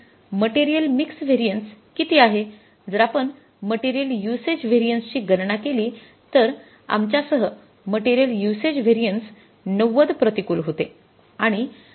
म्हणून material mix variance किती आहे जर आपण मटेरियल युसेज व्हेरिएन्सची गणना केली तर आमच्यासह मटेरियल युसेज व्हेरिएन्स ९० प्रतिकूल होते